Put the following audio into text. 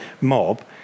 mob